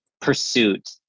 pursuit